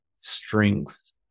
strength